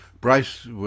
Bryce